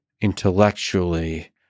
intellectually